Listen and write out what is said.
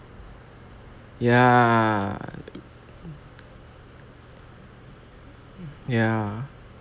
ya ya